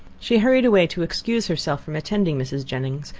she hurried away to excuse herself from attending mrs. jennings,